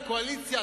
הקואליציה,